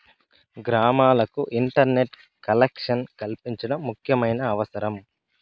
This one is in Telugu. గ్రామాలకు ఇంటర్నెట్ కలెక్షన్ కల్పించడం ముఖ్యమైన అవసరం